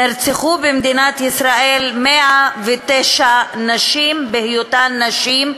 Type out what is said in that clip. נרצחו במדינת ישראל 109 נשים בשל היותן נשים,